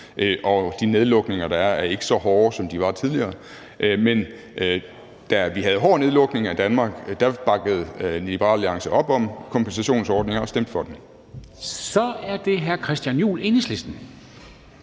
og de nedlukninger, der er, er ikke så hårde, som de var tidligere. Men da vi havde hård nedlukning af Danmark, bakkede Liberal Alliance op om kompensationsordninger og stemte for dem. Kl. 15:54 Formanden